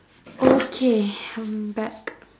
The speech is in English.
okay I'm back